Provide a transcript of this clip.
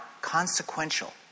consequential